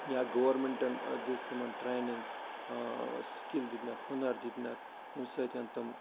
یا گورمٮ۪نٛٹن دِژ تِمن ٹرٛٮ۪نِنٛگ سِکِل دِتنکھ ہُنر دِتنکھ ییٚمہِ سۭتۍ تِم